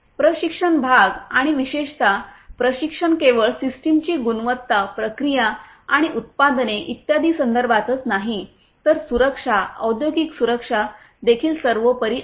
प्रशिक्षण भाग आणि विशेषत प्रशिक्षण केवळ सिस्टमची गुणवत्ता प्रक्रिया आणि उत्पादने इत्यादी संदर्भातच नाही तर सुरक्षा औद्योगिक सुरक्षा देखील सर्वोपरि आहे